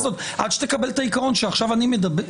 מה לעשות, עד שתקבל את העיקרון שעכשיו אני מדבר.